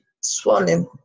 swollen